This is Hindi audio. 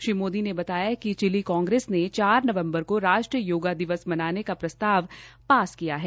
श्री मोदी ने बताया कि चिल्ली कांग्रेस ने चार नवम्बर को राष्ट्रीय योगा दिवस मनाने का प्रस्ताव पास किया है